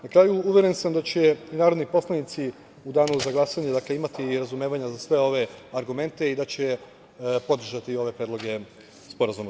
Na kraju, uveren sam da će narodni poslanici u danu za glasanje imati razumevanja za sve ove argumente i da će podržati ove predloge sporazuma.